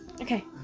okay